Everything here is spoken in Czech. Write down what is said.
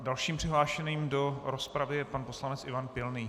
Dalším přihlášeným do rozpravy je pan poslanec Ivan Pilný.